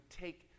take